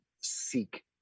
seek